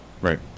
Right